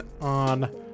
on